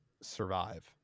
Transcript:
survive